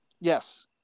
Yes